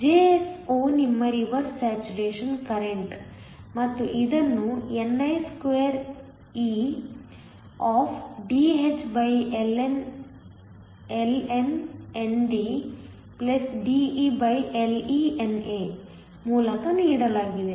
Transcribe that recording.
Jso ನಿಮ್ಮ reverse saturation ಕರೆಂಟ್ಮತ್ತು ಇದನ್ನು ni2eDhLhNDDeLeNA ಮೂಲಕ ನೀಡಲಾಗಿದೆ